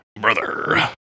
Brother